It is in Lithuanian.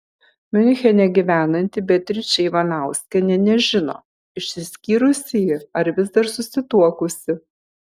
miunchene gyvenanti beatričė ivanauskienė nežino išsiskyrusi ji ar vis dar susituokusi